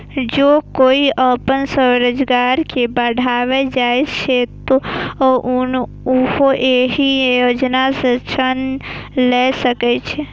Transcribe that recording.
जौं कोइ अपन स्वरोजगार कें बढ़ाबय चाहै छै, तो उहो एहि योजना सं ऋण लए सकै छै